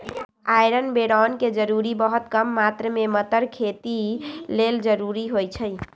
iron बैरौन के जरूरी बहुत कम मात्र में मतर खेती लेल जरूरी होइ छइ